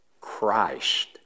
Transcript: Christ